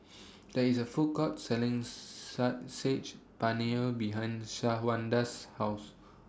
There IS A Food Court Selling Saag Sage Paneer behind Shawanda's House